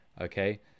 Okay